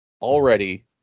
already